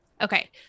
okay